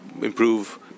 improve